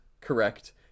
correct